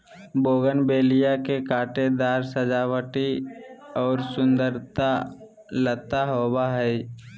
bougainvillea के कांटेदार सजावटी और सुंदर लता होबा हइ